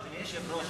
אני מדבר על הכרטיס,